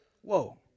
Whoa